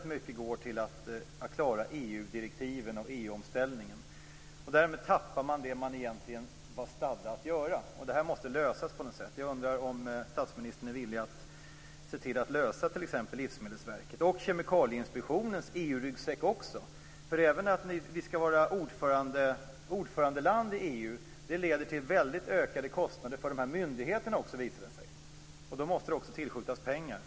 Mycket går till att klara EU-direktiven och EU omställningen. Därmed tappar man det man egentligen var stadd att göra. Det problemet måste lösas på något sätt. Är statsministern villig att se till att lösa t.ex. problemet för Livsmedelsverket? Kemikalieinspektionen har också en EU ryggsäck. När Sverige skall vara ordförandeland i EU leder det till ökade kostnader också för dessa myndigheter. Då måste det också tillskjutas pengar.